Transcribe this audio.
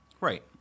Right